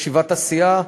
ישיבת הסיעה,